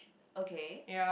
okay